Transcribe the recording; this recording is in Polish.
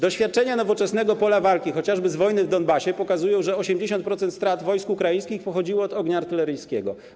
Doświadczenia z nowoczesnego pola walki, chociażby z wojny w Donbasie, pokazują, że 80% strat wojsk ukraińskich pochodziło od ognia artyleryjskiego.